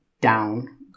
Down